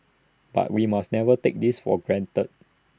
but we must never take this for granted